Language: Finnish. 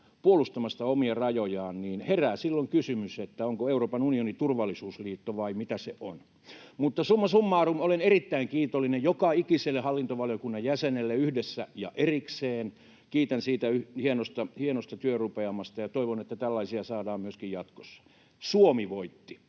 puolustamasta omia rajojaan, niin herää silloin kysymys, onko Euroopan unioni turvallisuusliitto vai mitä se on. Mutta summa summarum: Olen erittäin kiitollinen joka ikiselle hallintovaliokunnan jäsenelle, yhdessä ja erikseen. Kiitän siitä hienosta työrupeamasta ja toivon, että tällaisia saadaan myöskin jatkossa. Suomi voitti.